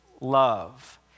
love